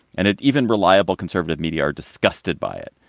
and it even reliable conservative media are disgusted by it.